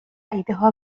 ایدهها